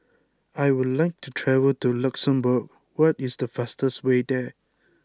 I would like to travel to Luxembourg what is the fastest way there